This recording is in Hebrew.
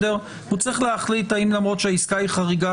הוא צריך להחליט האם למרות שהעסקה היא חריגה,